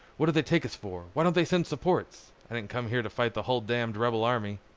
what do they take us for why don't they send supports? i didn't come here to fight the hull damned rebel army.